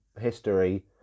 history